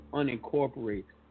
unincorporated